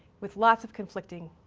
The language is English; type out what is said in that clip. with lots of conflicting